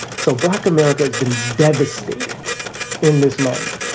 so black america has been devastated in this moment,